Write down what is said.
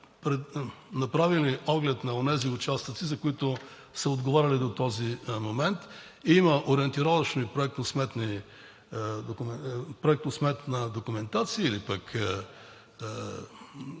направили оглед на онези участъци, за които са отговаряли до този момент. Има ориентировъчна проектосметна документация или пък